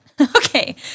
Okay